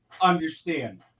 understand